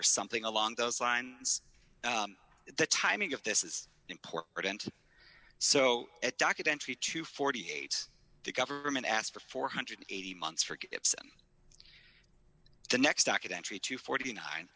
or something along those lines the timing of this is important so it docket entry to forty eight the government asked for four hundred and eighty months for the next documentary to forty nine